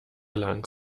lange